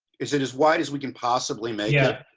is it as wide as we can possibly make yeah